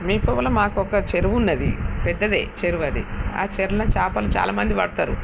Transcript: సమీపంలో మాకు ఒక చెరువున్నది పెద్దదే చెరువు అది ఆ చెరువులో చేపలు చాలా మంది పడుతారు